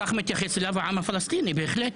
כך מתייחס אליו העם הפלסטיני, בהחלט.